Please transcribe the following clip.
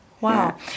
wow